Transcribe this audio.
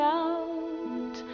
out